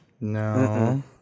No